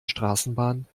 straßenbahn